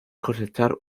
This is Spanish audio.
cosechar